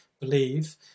believe